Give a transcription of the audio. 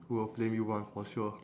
who will flame you [one] for sure